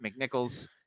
McNichols